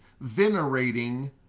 venerating